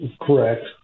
correct